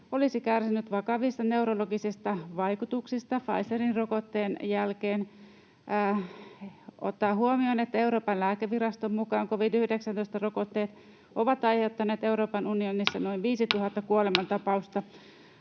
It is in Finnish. olisi kärsinyt vakavista neurologisista vaikutuksista Pfizerin rokotteen jälkeen”, ”ottaa huomioon, että Euroopan lääkeviraston mukaan covid-19-rokotteet ovat aiheuttaneet Euroopan unionissa noin 5 000 kuolemantapausta”,